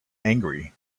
angry